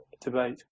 debate